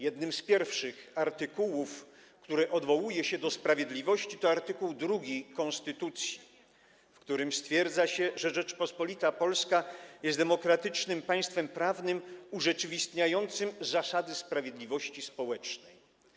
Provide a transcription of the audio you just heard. Jednym z pierwszych artykułów, który odwołuje się do sprawiedliwości, jest art. 2 konstytucji, w którym stwierdza się, że Rzeczpospolita Polska jest demokratycznym państwem prawnym urzeczywistniającym zasady sprawiedliwości społecznej.